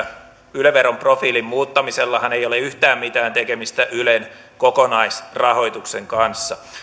yle veron profiilin muuttamisellahan ei ole yhtään mitään tekemistä ylen kokonaisrahoituksen kanssa